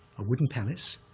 a wooden palace,